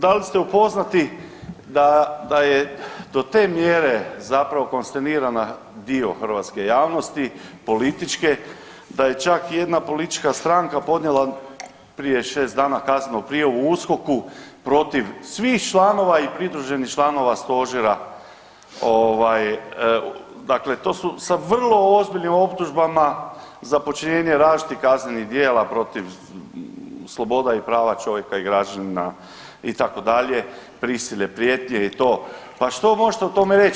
Dal ste upoznati da, da je do te mjere zapravo konsternirana dio hrvatske javnosti političke da je čak jedna politička stranka podnijela prije 6 dana kaznenu prijavu USKOK-u protiv svih članova i pridruženih članova stožera ovaj, dakle to su sa vrlo ozbiljnim optužbama za počinjenje različitih kaznenih djela protiv sloboda i prava čovjeka i građanina itd. prisile prijetnje i to, pa što možete o tom reć?